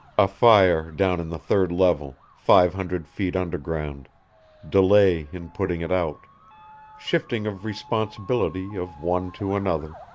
a fire down in the third level, five hundred feet underground delay in putting it out shifting of responsibility of one to another,